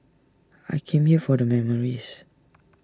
I come here for the memories